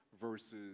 versus